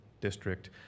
district